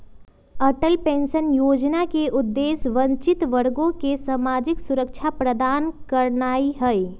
Atal pension Yojana के उद्देश्य वंचित वर्गों के सामाजिक सुरक्षा प्रदान करनाइ हइ